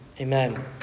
Amen